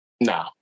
No